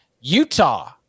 Utah